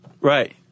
Right